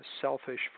selfish